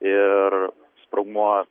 ir sprogmuo